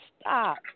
stop